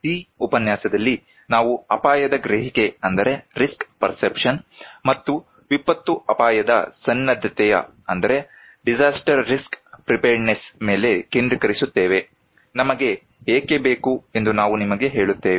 ಈ ಉಪನ್ಯಾಸದಲ್ಲಿ ನಾವು ಅಪಾಯದ ಗ್ರಹಿಕೆ ಮತ್ತು ವಿಪತ್ತು ಅಪಾಯದ ಸನ್ನದ್ಧತೆಯ ಮೇಲೆ ಕೇಂದ್ರೀಕರಿಸುತ್ತೇವೆ ನಮಗೆ ಏಕೆ ಬೇಕು ಎಂದು ನಾನು ನಿಮಗೆ ಹೇಳುತ್ತೇನೆ